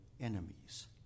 enemies